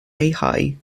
leihau